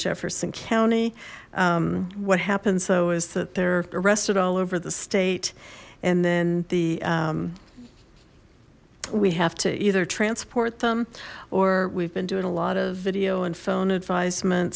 jefferson county what happens though is that they're arrested all over the state and then the we have to either transport them or we've been doing a lot of video and phone advisement